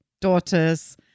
daughters